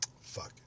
fuck